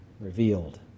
revealed